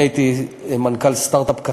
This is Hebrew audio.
אני הייתי מנכ"ל סטרט-אפ קטן,